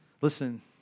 listen